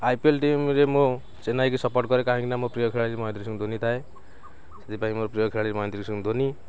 I P L ଟିମ୍ରେ ମୁଁ ଚେନ୍ନାଇକି ସପୋର୍ଟ କରେ କାହିଁକିନା ମୋ ପ୍ରିୟ ଖେଳାଳି ମହେନ୍ଦ୍ର ସିଂ ଧୋନି ଥାଏ ସେଥିପାଇଁ ମୋ ପ୍ରିୟ ଖେଳାଳି ମହେନ୍ଦ୍ର ସିଂ ଧୋନି